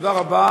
תודה רבה.